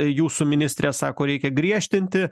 jūsų ministrė sako reikia griežtinti